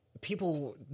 people